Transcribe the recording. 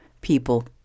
people